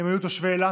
היו תושבי אילת,